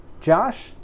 Josh